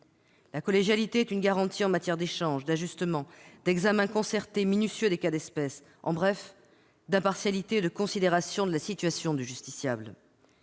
La collégialité est une garantie en matière d'échanges, d'ajustements, d'examen concerté et minutieux des cas d'espèce, en bref d'impartialité et de considération de la situation du justiciable.